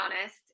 honest